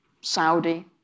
Saudi